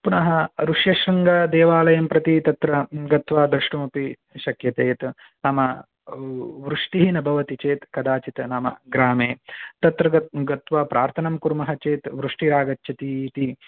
पुनः ऋष्यशृङ्गदेवालयं प्रति तत्र गत्वा द्रष्टुमपि शक्यते यत् नाम वृष्टिः न भवति चेत् कदाचित् नाम ग्रामे तत्र गत् गत्वा प्रार्थनां कुर्मः चेत् वृष्टिरागच्छति इति